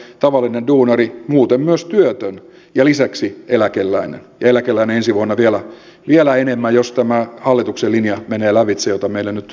se on tavallinen palkansaaja tavallinen duunari muuten myös työtön ja lisäksi eläkeläinen ja eläkeläinen ensi vuonna vielä enemmän jos menee lävitse tämä hallituksen linja jota meillä nyt uutena linjana tarkoitetaan